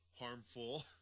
harmful